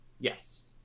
Yes